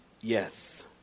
Yes